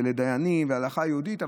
לדיינים ולהלכה יהודית.